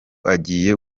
agiye